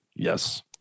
Yes